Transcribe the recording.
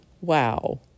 wow